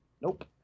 Nope